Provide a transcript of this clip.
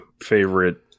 favorite